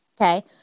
Okay